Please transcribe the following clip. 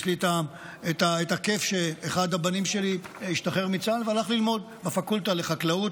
יש לי את הכיף שאחד הבנים שלי השתחרר מצה"ל והלך ללמוד בפקולטה לחקלאות,